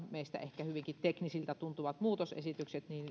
meistä ehkä hyvinkin teknisiltä tuntuvilla muutosesityksillä